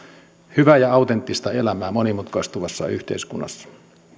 hyvää ja autenttista elämää monimutkaistuvassa yhteiskunnassa